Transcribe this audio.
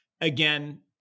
again